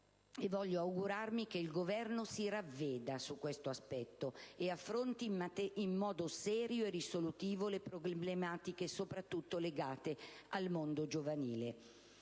voglio augurarmi che il Governo si ravveda su questo aspetto e affronti in modo serio e risolutivo le problematiche sopratutto legate al mondo giovanile.